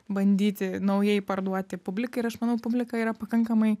bandyti naujai parduoti publikai ir aš manau publika yra pakankamai